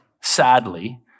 sadly